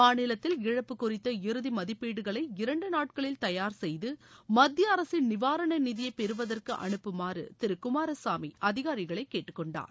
மாநிலத்தில் இழப்பு குறித்த இறுதி மதிப்பீடுகளை இரண்டு நாட்களில் தயார் செய்து மத்திய அரசின் நிவாரண நிதியை பெறுவதற்கு அனுப்புமாறு திரு குமாரசாமி அதிகாரிகளை கேட்டுக்கொண்டார்